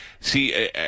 See